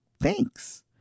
thanks